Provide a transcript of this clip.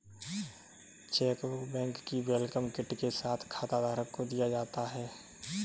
chequebook bank की welcome kit के साथ खाताधारक को दिया जाता है